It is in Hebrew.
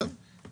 בסדר.